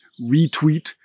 retweet